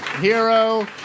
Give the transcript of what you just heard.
Hero